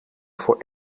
voor